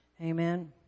Amen